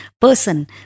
person